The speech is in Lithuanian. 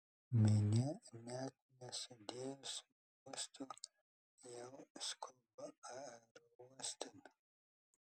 minia net nesudėjus bluosto jau skuba aerouostan